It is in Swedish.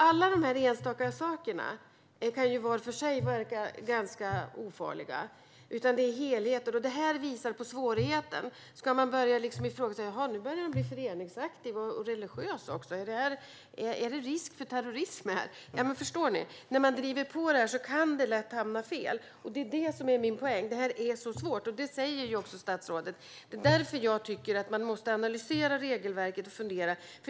Alla de här sakerna kan var för sig verka ganska ofarliga. Det handlar om helheten, och exemplet visar på svårigheterna. Ska man börja ifrågasätta att de börjar bli föreningsaktiva och religiösa också? Är det risk för terrorism här? När man driver på detta kan det lätt hamna fel, och det är det som är min poäng: Det här är så svårt, och det säger ju också statsrådet. Därför tycker jag att man måste analysera regelverket och fundera.